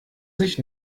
sich